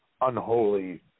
Unholy